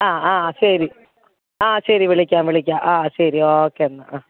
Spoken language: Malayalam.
ആ ആ ശരി ആ ശരി വിളിക്കാം വിളിക്കാം ആ ശരി ഓക്കെ എന്നാൽ ആ